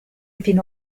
fino